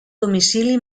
domicili